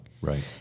Right